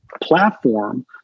platform